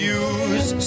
use